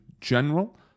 general